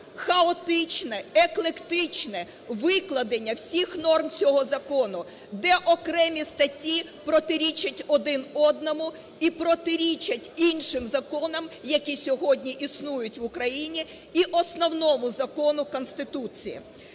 хаотичне, еклектичне викладення всіх норм цього закону, де окремі статті протирічать один одному і протирічать іншим законам, які сьогодні існують в Україні, і Основному Закону – Конституції.